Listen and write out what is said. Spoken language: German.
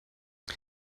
die